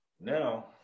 now